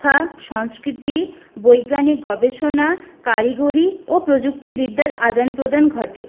সংস্কৃতি বৈজ্ঞানিক গবেষণা কারিগরি ও প্রযুক্তিবিদ্যার আদান প্রদান ঘটে